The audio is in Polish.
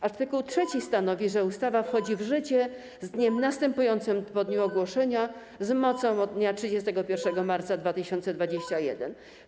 Art. 3 stanowi, że ustawa wchodzi w życie z dniem następującym po dniu ogłoszenia z mocą od dnia 31 marca 2021 r.